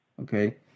Okay